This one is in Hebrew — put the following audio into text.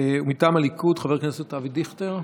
מטעם הליכוד, חבר הכנסת אבי דיכטר.